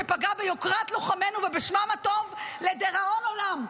שפגעה ביוקרת לוחמינו ובשמם הטוב לדיראון עולם.